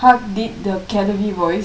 haq did the கிளவி:kelavi voice